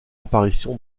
apparition